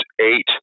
eight